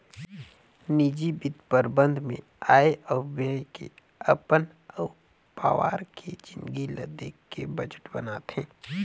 निजी बित्त परबंध मे आय अउ ब्यय के अपन अउ पावार के जिनगी ल देख के बजट बनाथे